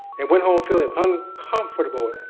and went home feeling uncomfortable,